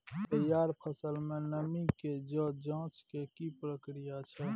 तैयार फसल में नमी के ज जॉंच के की प्रक्रिया छै?